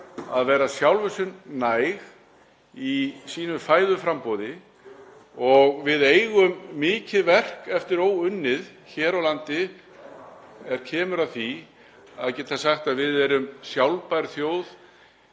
að vera sjálfri sér næg í fæðuframboði. Við eigum mikið verk eftir óunnið hér á landi er kemur að því að geta sagt að við séum sjálfbær þjóð